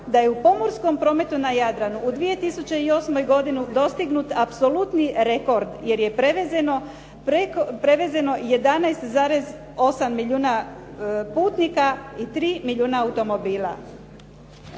da je u pomorskom prometu na Jadranu u 2008. godini dostignut apsolutni rekord jer je prevezeno 11,8 milijuna putnika i 3 milijuna automobila.